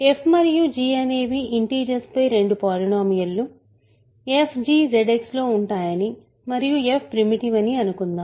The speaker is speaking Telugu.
f మరియు g అనేవి ఇంటిజర్స్ పై రెండు పాలినోమియల్ లు fg ZX లో ఉంటాయని మరియు f ప్రిమిటివ్ అని అనుకుందాం